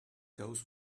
goes